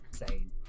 insane